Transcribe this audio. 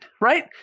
right